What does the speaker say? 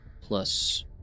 plus